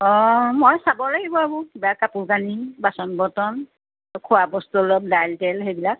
অঁ মই চাব লাগিব এইবোৰ আপুনি কিবা কাপোৰ কানি বাচন বৰ্তন খোৱা বস্তু অলপ দাইল তেল সেইবিলাক